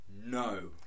No